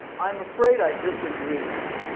i'm afraid i disagree.